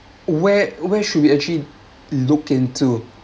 where where should we actually look into